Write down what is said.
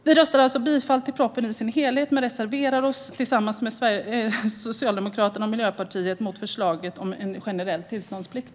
Vi yrkar alltså bifall till propositionen i dess helhet men reserverar oss tillsammans med Socialdemokraterna och Miljöpartiet mot förslaget om en generell tillståndsplikt.